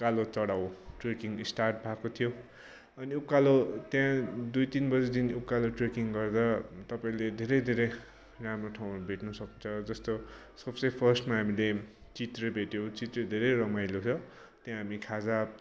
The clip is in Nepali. उकालो चढाऊ ट्रेकिङ स्टार्ट भएको थियो अनि उकालो त्यहाँ दुई तिन बजीदेखि उकालो ट्रेकिङ गर्दा तपाईँले धेरै धेरै राम्रो ठाउँहरू भेट्नु सक्छ जस्तो सबसे फर्स्टमा हामीले चित्रे भेट्यौँ चित्रे धेरै रमाइलो छ त्यहाँ हामी खाजा